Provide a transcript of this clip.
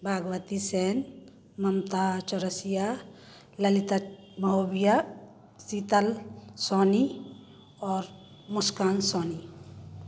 भाग्वती सैन ममता चौरसिया ललिता महोबिया शीतल सोनी और मुस्कान सोनी